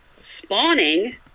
spawning